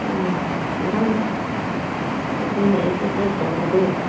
ꯎꯝ ꯅꯍꯥꯟ ꯑꯩꯈꯣꯏꯅ ꯑꯦꯛꯁꯔꯁꯥꯏꯁ ꯇꯧꯕꯗꯨ